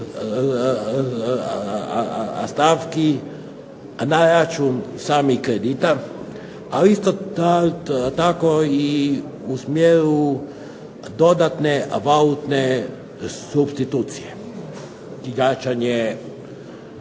stavki na račun samih kredita, ali isto tako i u smjeru dodatne valutne supstitucije, i jačanje